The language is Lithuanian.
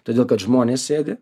todėl kad žmonės sėdi